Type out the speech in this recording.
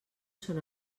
són